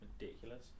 Ridiculous